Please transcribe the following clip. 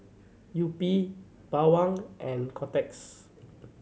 Yupi Bawang and Kotex